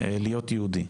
'להיות יהודי'.